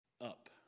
up